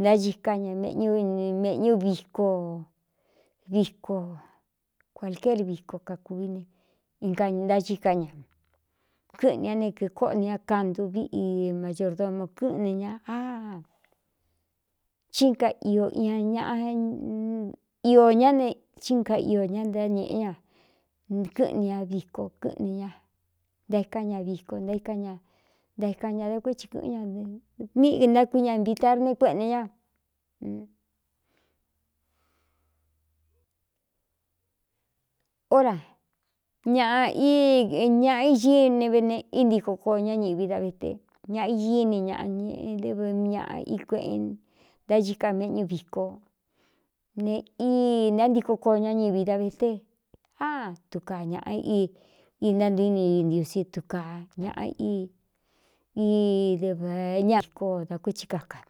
Ntácika ña ꞌñ mꞌñu viko viko kuālquieér víko kakūví ne anáchíka ña kɨ́ꞌɨnɨ ñá ne kīkóꞌoni ña kandu vi i maordomo kɨ́ꞌnɨ ña áhíaañiō ñá ne chin ka iō ñá ntá ñēꞌe ñakɨꞌn ɨ ñntaíkan ña víko ntaíka ña ntaíka ñada kué thi kɨ̄ꞌɨ́n ñaɨ míintákui ña nvitar ne kueꞌne ñara ñaꞌñaꞌa nvne í ntíko koo ñá ñiꞌvi da vete ñaꞌa iñíni ñaꞌ ñēꞌe dɨv ñaꞌa í kueꞌen ntácika méꞌñu viko ne í ntántíko koo ñá ñvi da vete á tukaa ñāꞌa í intántu i ni intiosí tukāa ñaꞌa í idɨvē ña koo da kuéti kaka